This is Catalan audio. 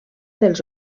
dels